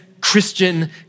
Christian